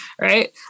right